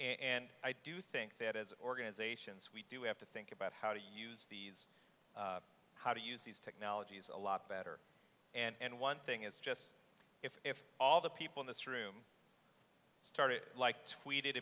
and i do think that as organizations we do have to think about how to use these how to use these technologies a lot better and one thing is just if if all the people in this room started like tweet it